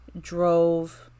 drove